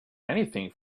anything